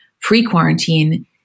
pre-quarantine